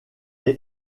est